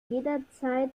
jederzeit